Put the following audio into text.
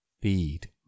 Feed